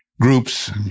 groups